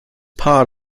part